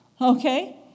Okay